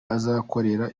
azakorera